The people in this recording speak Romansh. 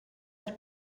per